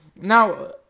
Now